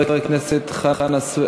חבר הכנסת מוחמד ברכה.